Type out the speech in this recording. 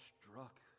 struck